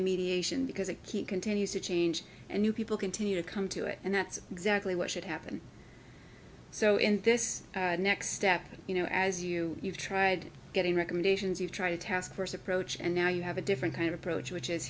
a mediation because a key continues to change and you people continue to come to it and that's exactly what should happen so in this next step you know as you you've tried getting recommendations you try to task force approach and now you have a different kind of approach which is